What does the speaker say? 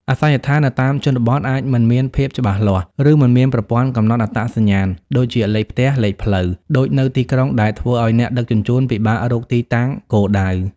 អាសយដ្ឋាននៅតាមជនបទអាចមិនមានភាពច្បាស់លាស់ ឬមិនមានប្រព័ន្ធកំណត់អត្តសញ្ញាណ (ដូចជាលេខផ្ទះ លេខផ្លូវ) ដូចនៅទីក្រុង ដែលធ្វើឱ្យអ្នកដឹកជញ្ជូនពិបាករកទីតាំងគោលដៅ។